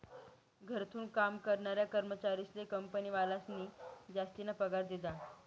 घरथून काम करनारा कर्मचारीस्ले कंपनीवालास्नी जासतीना पगार दिधा